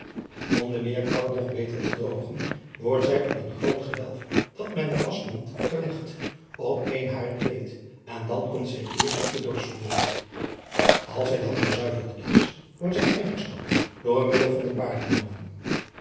de eekrap nog beter te droogen wordt zij driaan oosjes zn et leven van illegonda uisman op een groot gewelf dat men den ast noemt gelegd op een haren kleed en dan komt zij eerst op den dorschvloer ls zij dan gezuiverd is wordt zij fijn gestampt door middel van een